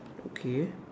okay